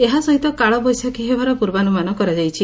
ଏହା ସହିତ କାଳ ବୈଶାଖୀ ହେବାର ପୂର୍ବାନୁମାନ କରାଯାଇଛି